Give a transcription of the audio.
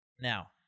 Now